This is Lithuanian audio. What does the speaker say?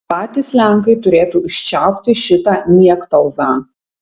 patys lenkai turėtų užčiaupti šitą niektauzą